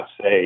say